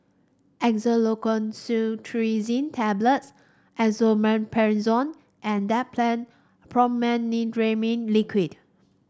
Xyzal Levocetirizine Tablets Esomeprazole and Dimetapp Brompheniramine Liquid